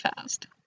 fast